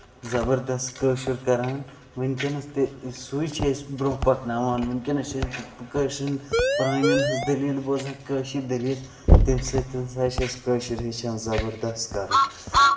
زَبردست کٲشُر کران ؤنکینس تہِ سُے چھِ أسۍ برونہہ پَکناوان ؤنکیٚنَس چھِ اَسہِ کٲشرین پرانین ہنز دٔلیل بوزان کٲشِر دٔلیل تَمہِ سۭتۍ ہسا چھِ أسۍ کٲشُر ہیٚچھان زَبردست کَرُن